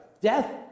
death